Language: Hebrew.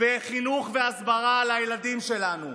בחינוך והסברה לילדים שלנו,